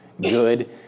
good